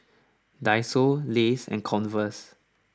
Daiso Lays and Converse